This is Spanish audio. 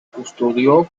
custodio